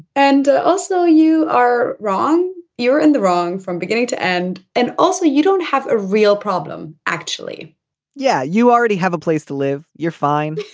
and also you are wrong. you're in the wrong from beginning to end and also you don't have a real problem. actually yeah. you already have a place to live you're fine.